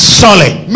solid